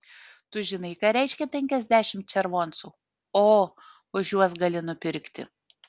tu žinai ką reiškia penkiasdešimt červoncų o už juos gali nupirkti